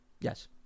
Yes